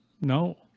No